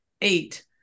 eight